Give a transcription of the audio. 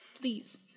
please